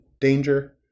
danger